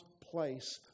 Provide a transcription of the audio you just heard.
place